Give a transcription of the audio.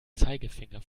zeigefinger